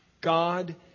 God